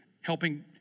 Helping